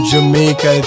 Jamaica